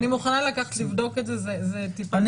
אני מוכנה לקחת לבדוק את זה, זה טיפה מורכב.